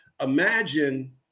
imagine